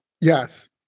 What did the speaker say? Yes